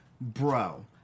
bro